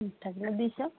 ମିଠା କିଲୋ ଦୁଇଶହ